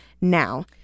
now